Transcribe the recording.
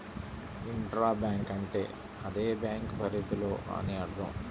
intra bank అంటే అదే bank పరిధిలో అని అర్థం